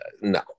no